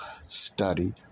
study